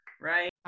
Right